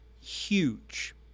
Huge